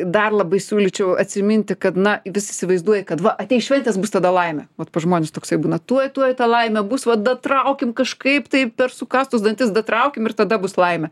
dar labai siūlyčiau atsiminti kad na visi įsivaizduoja kad va ateis šventės bus tada laimė vat pas žmones toksai būna tuoj tuoj ta laimė bus vat datraukim kažkaip tai per sukąstus dantis datraukim ir tada bus laimė